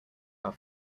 are